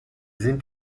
sind